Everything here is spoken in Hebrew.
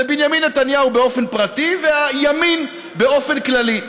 זה בנימין נתניהו באופן פרטי והימין באופן כללי.